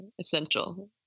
Essential